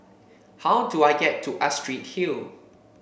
how do I get to Astrid Hill